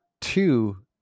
two